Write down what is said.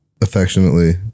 affectionately